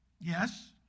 Yes